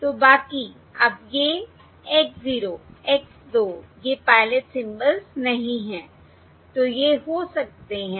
तो बाकी अब ये X 0 X 2 ये पायलट सिंबल्स नहीं हैं तो ये हो सकते हैं